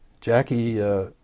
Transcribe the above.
Jackie